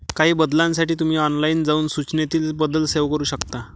काही बदलांसाठी तुम्ही ऑनलाइन जाऊन सूचनेतील बदल सेव्ह करू शकता